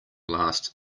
last